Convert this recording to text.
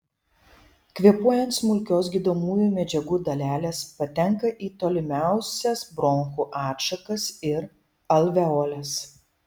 kvėpuojant smulkios gydomųjų medžiagų dalelės patenka į tolimiausias bronchų atšakas ir alveoles